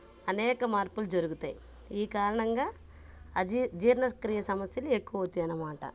అనేక మార్పులు జరుగుతాయి ఈ కారణంగా అజి జీర్ణక్రియ సమస్యలు ఎక్కువయితాయి అనమాట